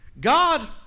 God